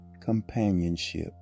companionship